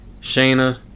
Shayna